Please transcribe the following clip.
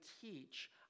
teach